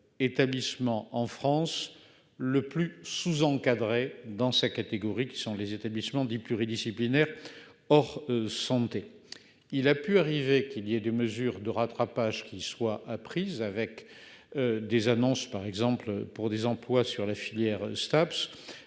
Établissement en France le plus sous-encadrés dans sa catégorie, qui sont les établissements dits pluridisciplinaire. Or, santé. Il a pu arriver qu'il y ait des mesures de rattrapage qui soit a pris avec. Des annonces par exemple pour des emplois sur la filière Staps.